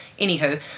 Anywho